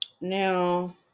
now